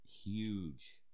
huge